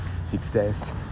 Success